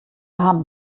haben